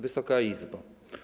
Wysoka Izbo!